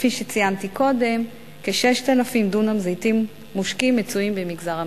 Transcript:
כפי שציינתי קודם כ-6,000 דונם זיתים מושקים מצויים במגזר המיעוטים.